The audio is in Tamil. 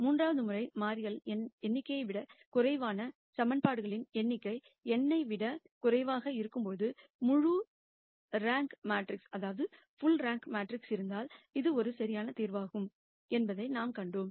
மூன்றாவது முறை மாறிகள் எண்ணிக்கையை விட குறைவான ஈகிவேஷன்களின் எண்ணிக்கை n ஐ விட குறைவாக இருக்கும்போது புள் ரேங்க் மேட்ரிக்ஸாக இருந்தால் அது ஒரு சரியான தீர்வாகும் என்பதை நாம் கண்டோம்